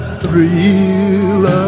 thrill